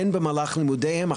הן במהלך לימודיהם,